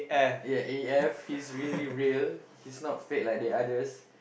ya A_F she's really real she's not fake like the others